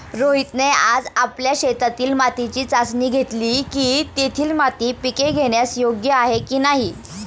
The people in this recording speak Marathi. रोहितने आज आपल्या शेतातील मातीची चाचणी घेतली की, तेथील माती पिके घेण्यास योग्य आहे की नाही